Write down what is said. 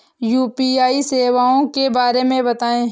UPI सेवाओं के बारे में बताएँ?